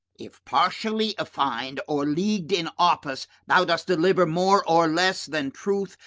if partially affin'd, or leagu'd in office, thou dost deliver more or less than truth,